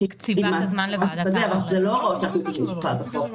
זה לא הוראות שאנחנו מכירים בחוק.